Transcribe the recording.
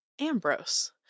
Ambrose